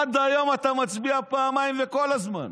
עד היום אתה מצביע פעמיים כל הזמן.